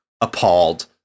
appalled